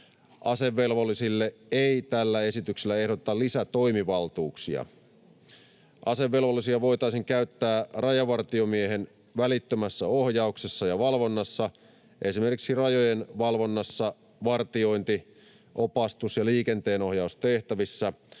Asevelvollisille ei tällä esityksellä ehdoteta lisätoimivaltuuksia. Asevelvollisia voitaisiin käyttää rajavartiomiehen välittömässä ohjauksessa ja valvonnassa, esimerkiksi rajojen valvonnassa, vartiointi-, opastus-, ja liikenteenohjaustehtävissä